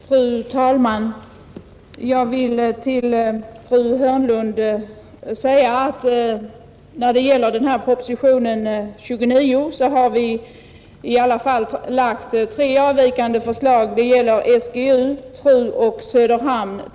Fru talman! Jag vill till fru Hörnlund säga att när det gäller propositionen 29 har vi i alla fall framlagt tre från propositonen avvikande förslag. De gäller SGU, TRU och Söderhamn.